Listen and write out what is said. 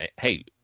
Hey